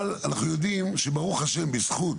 אבל, אנחנו יודעים, ברוך השם, זכות,